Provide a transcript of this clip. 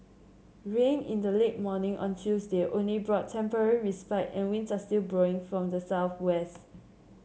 rain in the late morning on Tuesday only brought temporary respite and winds are still blowing from the southwest